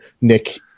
Nick